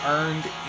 Earned